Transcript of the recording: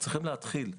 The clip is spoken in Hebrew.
צריכים להתחיל,